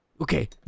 okay